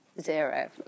Zero